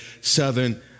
southern